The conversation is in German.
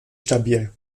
stabil